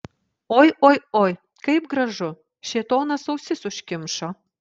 oi oi oi kaip gražu šėtonas ausis užkimšo